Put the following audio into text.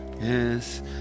Yes